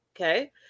okay